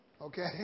Okay